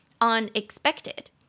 Unexpected